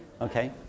Okay